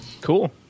cool